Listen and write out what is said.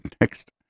Next